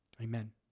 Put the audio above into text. Amen